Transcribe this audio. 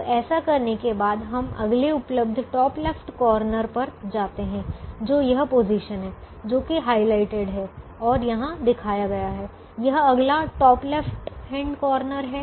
अब ऐसा करने के बाद हम अगले उपलब्ध टॉप लेफ्ट हैंड कॉर्नर पर जाते हैं जो यह पोजीशन है जो कि हाइलाइटेड है और यहाँ दिखाया गया है यह अगला टॉप लेफ्ट हैंड कॉर्नर है